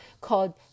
called